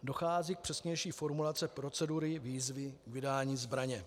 Dochází k přesnější formulaci procedury výzvy vydání zbraně.